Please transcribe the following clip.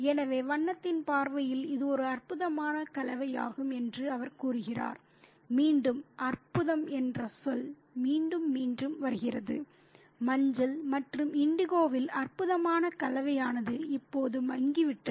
எனவே வண்ணத்தின் பார்வையில் இது ஒரு அற்புதமான கலவையாகும் என்று அவர் கூறுகிறார் மீண்டும் அற்புதம் என்ற சொல் மீண்டும் மீண்டும் வருகிறது மஞ்சள் மற்றும் இண்டிகோவின் அற்புதமான கலவையானது இப்போது மங்கிவிட்டது